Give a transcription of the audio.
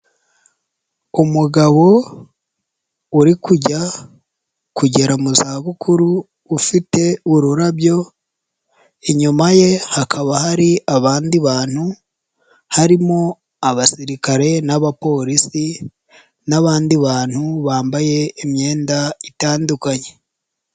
Umugabo uri kujya kugera mu zabukuru ufite ururabyo, inyuma ye hakaba hari abandi bantu harimo abasirikare n'abapolisi n'abandi bantu bambaye imyenda itandukanye.